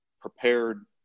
prepared